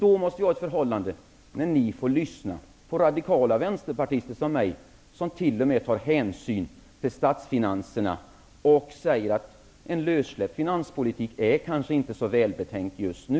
Då måste ni lyssna på radikala vänsterpartister som jag, som t.o.m. tar hänsyn till statsfinanserna och säger att en lössläppt finanspolitik kanske inte är så välbetänkt just nu.